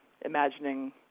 imagining